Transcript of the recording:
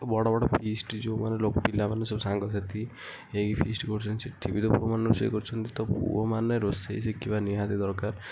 ବଡ଼ ବଡ଼ ଫିଷ୍ଟ୍ ଯେଉଁମାନେ ପିଲାମାନେ ସବୁ ସାଙ୍ଗସାଥି ହେଇ ଫିଷ୍ଟ୍ କରୁଛନ୍ତି ସେଠି ବି ତ ପୁଅମାନେ ରୋଷେଇ କରୁଛନ୍ତି ତ ପୁଅମାନେ ରୋଷେଇ ଶିଖିବା ନିହାତି ଦରକାର